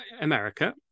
America